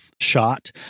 shot